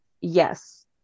yes